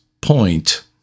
point